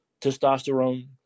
testosterone